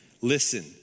Listen